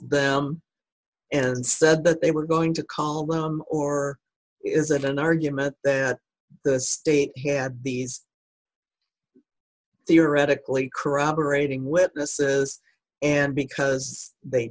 them and said that they were going to call them or is it an argument that the state had these theoretically corroborating witnesses and because they